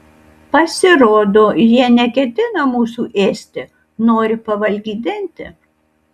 pasirodo jie neketina mūsų ėsti nori pavalgydinti